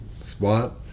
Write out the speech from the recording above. spot